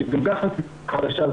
שגם ככה זו אוכלוסייה חלשה,